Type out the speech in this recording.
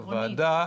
כוועדה,